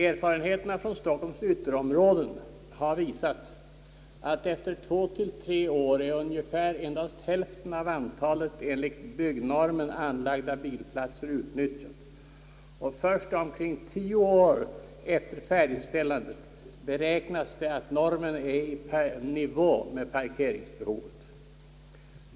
Erfarenheterna från Stockholms ytterområden har visat att efter 2—3 år är endast ungefär hälften av antalet enligt byggnormen anlagda bilplatser utnyttjade. Först omkring 10 år efter färdigställandet beräknas det att normen är i nivå med parkeringsbehovet.